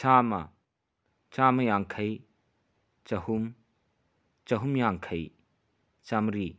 ꯆꯥꯝꯃ ꯆꯥꯝꯃ ꯌꯥꯡꯈꯩ ꯆꯍꯨꯝ ꯆꯍꯨꯝ ꯌꯥꯡꯈꯩ ꯆꯥꯝꯃ꯭ꯔꯤ